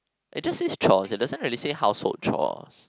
it just says chores it doesn't really say household chores